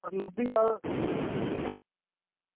लब्भी जाह्ग